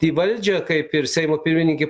į valdžią kaip ir seimo pirmininkė